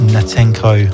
Natenko